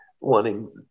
wanting